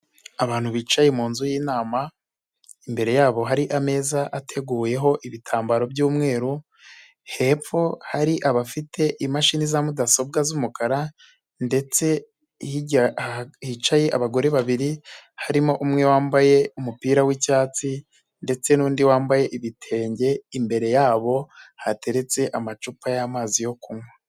Abantu bicaye munzu y'inama imbere yabo hari ameza ateguyeho ibitambaro by'umweru, hepfo hari abafite imashini za mudasobwa z'umukara, ndetse hicaye abagore babiri harimo umwe wambaye umupira w'icyatsi ndetse n'undi wambaye ibitenge imbere yabo hateretse amacupa y'amazi yo kunywa.